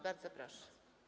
Bardzo proszę.